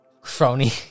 Crony